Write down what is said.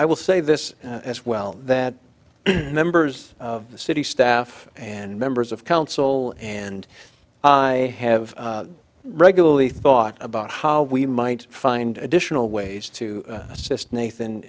i will say this as well that members of the city staff and members of council and i have regularly thought about how we might find additional ways to assist nathan